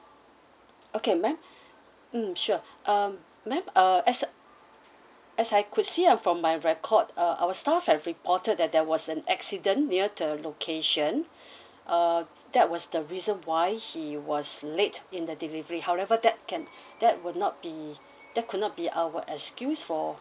okay ma'am mm sure um ma'am uh as a as I could see uh from my record uh our staff have reported that there was an accident near the location uh that was the reason why he was late in the delivery however that can that will not be that could not be our excuse for